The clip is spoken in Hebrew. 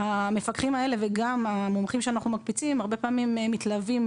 המפקחים האלה וגם המומחים שאנחנו מקפיצים הרבה פעמים מתלווים